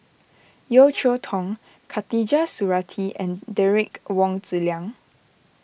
Yeo Cheow Tong Khatijah Surattee and Derek Wong Zi Liang